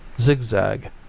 Zigzag